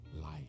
life